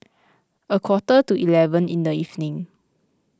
a quarter to eleven in the evening